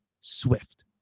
Swift